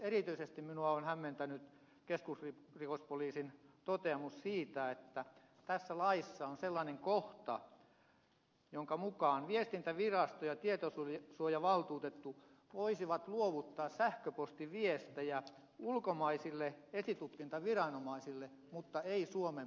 erityisesti minua on hämmentänyt keskusrikospoliisin toteamus siitä että tässä laissa on sellainen kohta jonka mukaan viestintävirasto ja tietosuojavaltuutettu voisivat luovuttaa sähköpostiviestejä ulkomaisille esitutkintaviranomaisille mutta eivät suomen poliisille